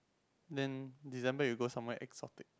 then December you go somewhere exotic